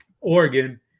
Oregon